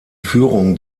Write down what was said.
führung